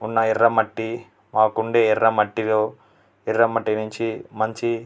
ఉన్న ఎర్రమట్టి మాకు ఉండే ఎర్రమట్టిలో ఎర్ర మట్టి నుంచి మంచి